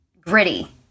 gritty